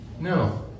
No